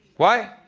why?